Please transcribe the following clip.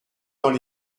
dans